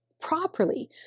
properly